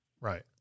Right